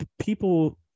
people